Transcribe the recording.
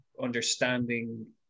understanding